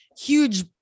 huge